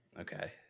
okay